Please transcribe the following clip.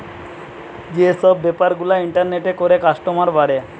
যে সব বেপার গুলা ইন্টারনেটে করে কাস্টমার বাড়ে